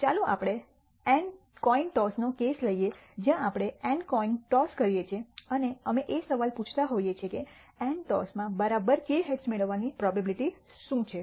ચાલો આપણે n coin toss નો કેસ લઈએ જ્યાં આપણે n કોઈન ટોસ કરીએ છીએ અને અમે એ સવાલ પૂછતા હોઈએ છીએ કે n ટોસમાં બરાબર k હેડ્સ મેળવવાની પ્રોબેબીલીટી શું છે